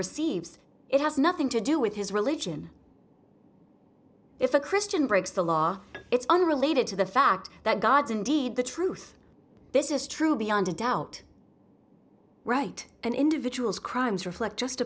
receives it has nothing to do with his religion if a christian breaks the law it's unrelated to the fact that god is indeed the truth this is true beyond a doubt right an individual's crimes reflect